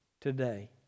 today